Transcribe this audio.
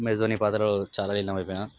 MS Dhoni పాత్రలో చాలా లీనమైపోయిన